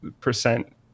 percent